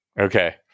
Okay